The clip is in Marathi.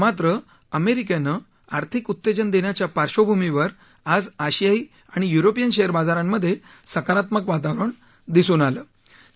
मात्र अमेरिकेनं आर्थिक उत्तेजन देण्याच्या पार्श्वभूमीवर आज आशियाई आणि यूरोपियन शेअर बाजारांमध्ये सकारात्मक वातावरण दिसून येतयं